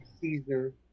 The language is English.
Caesar